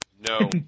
No